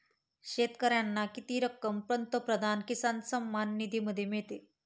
शेतकऱ्याला किती रक्कम पंतप्रधान किसान सन्मान निधीमध्ये मिळते?